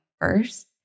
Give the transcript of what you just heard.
first